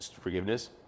forgiveness